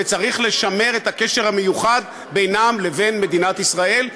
וצריך לשמר את הקשר המיוחד בינם לבין מדינת ישראל,